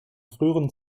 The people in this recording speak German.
früheren